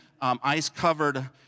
ice-covered